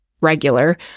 regular